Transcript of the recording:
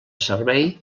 servei